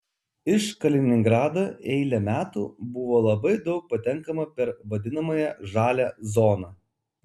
iš kaliningrado eilę metų buvo labai daug patenkama per vadinamąją žalią zoną